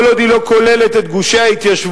כל עוד היא לא כוללת את גושי ההתיישבות,